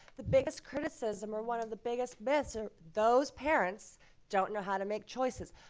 the biggest criticism or one of the biggest myths are those parents don't know how to make choices.